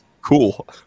cool